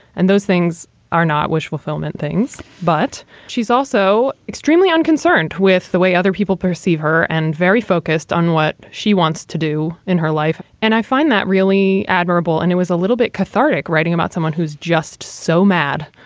and those things are not wish fulfillment things. but she's also extremely unconcerned with the way other people perceive her and very focused on what she wants to do in her life. and i find that really admirable. and it was a little bit cathartic writing about someone who's just so mad